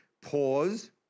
pause